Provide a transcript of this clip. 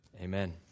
Amen